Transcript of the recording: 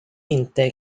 inte